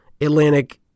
Atlantic